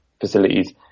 facilities